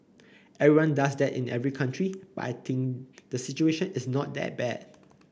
everyone does that in every country but I think the situation is not that bad